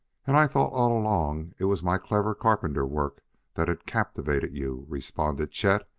and i thought all along it was my clever carpenter work that had captivated you, responded chet,